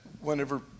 whenever